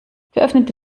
geöffnete